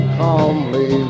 calmly